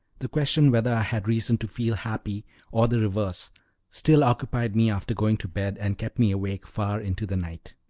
the question whether i had reason to feel happy or the reverse still occupied me after going to bed, and kept me awake far into the night.